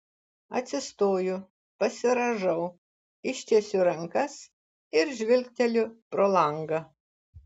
atsistoju pasirąžau ištiesiu rankas ir žvilgteliu pro langą